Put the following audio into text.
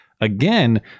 again